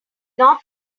not